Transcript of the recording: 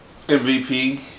MVP